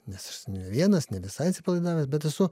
nes ne vienas ne visai atsipalaidavęs bet esu